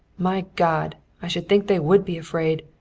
my god, i should think they would be afraid!